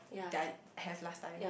that I have last time